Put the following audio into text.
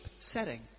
setting